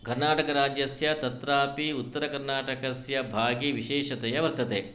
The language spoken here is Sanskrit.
कर्णाटकराज्यस्य तत्रापि उत्तरकर्णाटकस्य भागे विशेषतया वर्तते